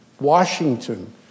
Washington